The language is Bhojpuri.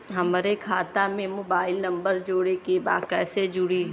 हमारे खाता मे मोबाइल नम्बर जोड़े के बा कैसे जुड़ी?